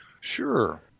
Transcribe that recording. Sure